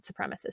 supremacists